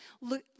look